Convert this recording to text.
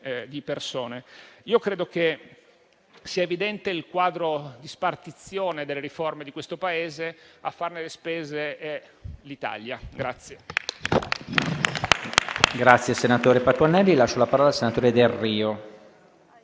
di persone. Io credo che sia evidente il quadro di spartizione delle riforme di questo Paese: a farne le spese è l'Italia.